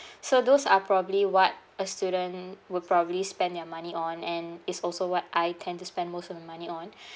so those are probably what a student would probably spend their money on and it's also what I tend to spend most of my money on